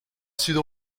sido